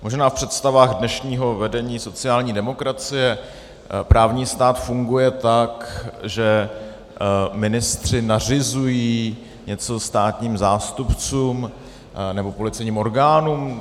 Možná v představách dnešního vedení sociální demokracie právní stát funguje tak, že ministři nařizují něco státním zástupcům nebo policejním orgánům.